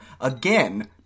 Again